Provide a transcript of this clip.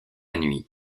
nuit